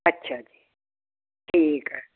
ਅੱਛਾ ਜੀ ਠੀਕ ਹੈ